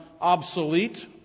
obsolete